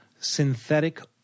synthetic